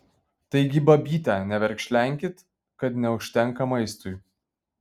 taigi babyte neverkšlenkit kad neužtenka maistui